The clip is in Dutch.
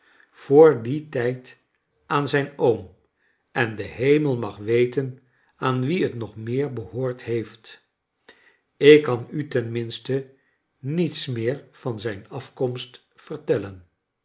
voor dien tijd art zijn oom en de hemel mag weten aan wien net nog meer behoord heeft ik kan u tenminste niets meer van zijn afkomst vertellen